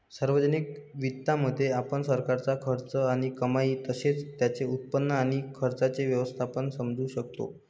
सार्वजनिक वित्तामध्ये, आपण सरकारचा खर्च आणि कमाई तसेच त्याचे उत्पन्न आणि खर्चाचे व्यवस्थापन समजू शकतो